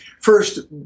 first